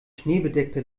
schneebedeckte